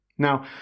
Now